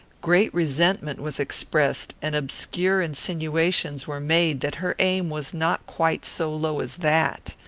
great resentment was expressed, and obscure insinuations were made that her aim was not quite so low as that.